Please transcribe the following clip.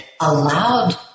allowed